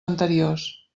anteriors